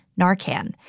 Narcan